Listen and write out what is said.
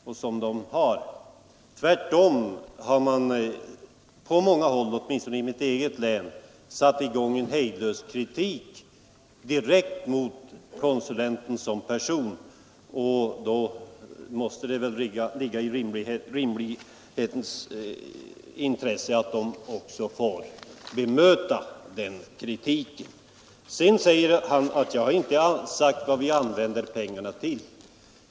Tvärtom har Jägarnas riksförbund-Landsbygdens jägare på många håll — åtminstone i mitt eget län — satt i gång en hejdlös kritik direkt mot konsulenten som person. Då måste väl det vara rimligt att också få bemöta denna kritik. Herr Wikner påstår att jag inte har sagt vad vi använder pengarna till.